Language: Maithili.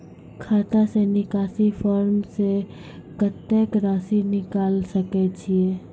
खाता से निकासी फॉर्म से कत्तेक रासि निकाल सकै छिये?